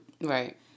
Right